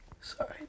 Sorry